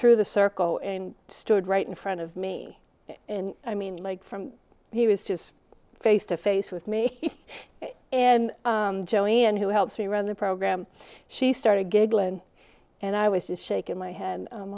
through the circle and stood right in front of me and i mean like from he was just face to face with me and joey and who helps me run the program she started giggling and i was just shaking my head